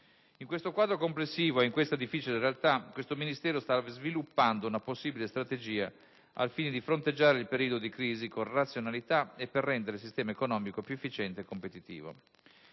In questo quadro complessivo e in questa difficile realtà, questo Ministero sta sviluppando una possibile strategia al fine di fronteggiare il periodo di crisi con razionalità e per rendere il sistema economico più efficiente e competitivo.